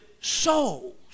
souls